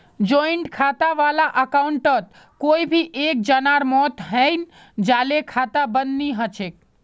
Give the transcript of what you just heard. joint खाता वाला अकाउंटत कोई एक जनार मौत हैं जाले खाता बंद नी हछेक